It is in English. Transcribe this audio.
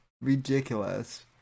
ridiculous